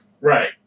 right